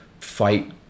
fight